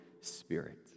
spirit